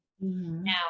now